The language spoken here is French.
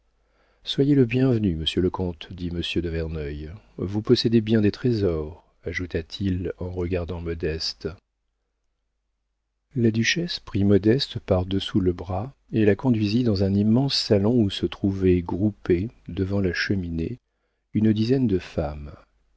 soyez le bienvenu monsieur le comte dit monsieur de verneuil vous possédez bien des trésors ajouta-t-il en regardant modeste la duchesse prit modeste par-dessous le bras et la conduisit dans un immense salon où se trouvaient groupées devant la cheminée une dizaine de femmes